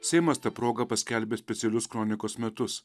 seimas ta proga paskelbė specialius kronikos metus